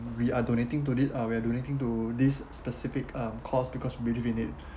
we are donating to it uh where donating to this specific um cause because we believe in it